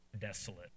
desolate